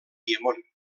piemont